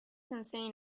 insane